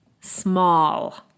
small